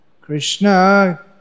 Krishna